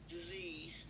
disease